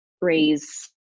raise